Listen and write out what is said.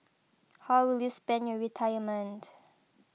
how will you spend your retirement